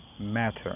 matter